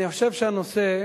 אני חושב שהנושא,